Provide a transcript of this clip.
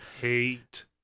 hate